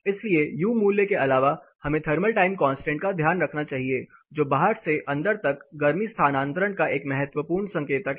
इसलिए यू मूल्य के अलावा हमें थर्मल टाइम कांस्टेंट का ध्यान रखना चाहिए जो बाहर से अंदर तक गर्मी स्थानांतरण का एक महत्वपूर्ण संकेतक है